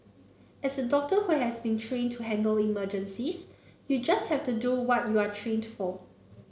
as a doctor who has been trained to handle emergencies you just have to do what you are trained for